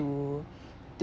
to